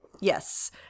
Yes